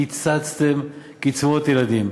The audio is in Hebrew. קיצצתם קצבאות ילדים,